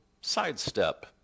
sidestep